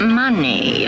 money